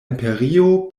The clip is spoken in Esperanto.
imperio